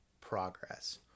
progress